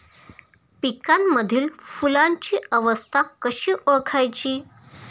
पिकांमधील फुलांची अवस्था कशी ओळखायची?